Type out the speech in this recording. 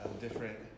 different